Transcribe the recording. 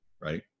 right